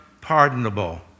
pardonable